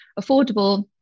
affordable